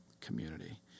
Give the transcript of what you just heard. community